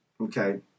Okay